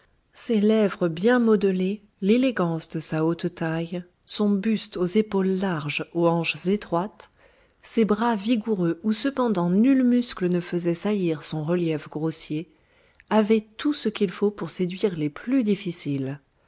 ses lèvres bien modelées l'élégance de sa haute taille son buste aux épaules larges aux hanches étroites ses bras vigoureux où cependant nul muscle ne faisait saillir son relief grossier avaient tout ce qu'il faut pour séduire les plus difficiles